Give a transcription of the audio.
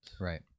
Right